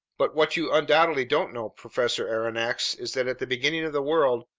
but what you undoubtedly don't know, professor aronnax, is that at the beginning of the world,